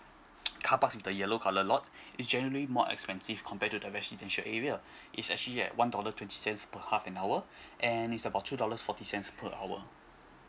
carpark with the yellow colour lot it's generally more expensive compared to the residential area it's actually at one dollar twenty cents per half an hour and is about two dollars forty cents per hour